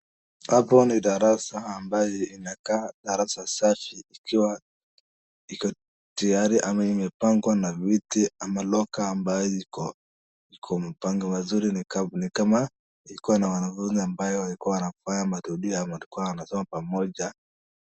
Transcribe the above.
Apo ni darasa ambayo inakaa darasa safi ikiwa Iko tayari ambayo imepangwa na vitu au locker ambayo ziko mpango mzuri ni kama ilikuwa na wanafunzi ambao wanafanya marudio ama walikuwa wanasoma pamoja.